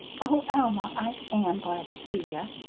oh, alma, i am glad ter see ye!